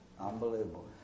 Unbelievable